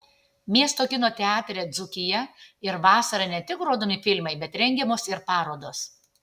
miesto kino teatre dzūkija ir vasarą ne tik rodomi filmai bet rengiamos ir parodos